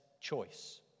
choice